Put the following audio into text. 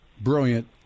brilliant